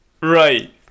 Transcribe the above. Right